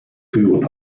führen